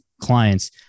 clients